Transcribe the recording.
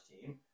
team